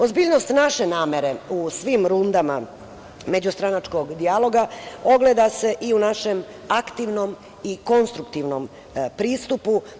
Ozbiljnost naše namere u svim rundama međustranačkog dijaloga ogleda se i u našem aktivnom i konstruktivnom pristupu.